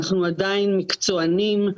מקצוענים,